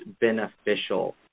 beneficial